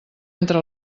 entra